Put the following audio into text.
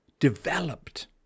developed